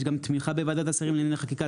יש גם תמיכה בוועדת השרים לענייני חקיקה,